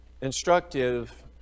Instructive